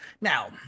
Now